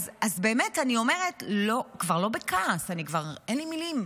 אני אומרת כבר לא בכעס, כבר אין לי מילים,